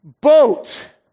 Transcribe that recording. boat